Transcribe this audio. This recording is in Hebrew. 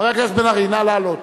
חבר הכנסת בן-ארי, נא לעלות.